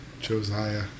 Josiah